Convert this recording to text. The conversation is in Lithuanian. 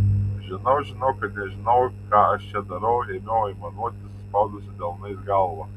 žinau žinau kad nežinau ką aš čia darau ėmiau aimanuoti suspaudusi delnais galvą